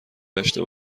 داشته